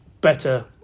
better